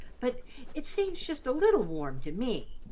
but it seems just a little warm to me.